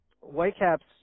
Whitecaps